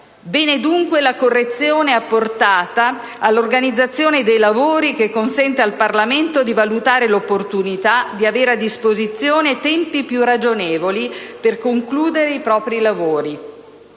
Bene, dunque, la correzione apportata all'organizzazione dei lavori, che consente al Parlamento di valutare l'opportunità di avere a disposizione tempi più ragionevoli per concludere i propri lavori.